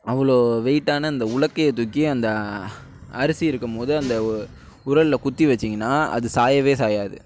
அவ்வளோ வெயிட்டான அந்த உலக்கைய தூக்கி அந்த அரிசி இருக்கும் போது அந்த உரலில் குத்தி வச்சிங்கன்னா அது சாயவே சாயாது